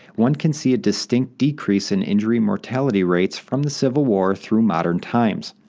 one can see a distinct decrease in injury mortality rates from the civil war through modern times.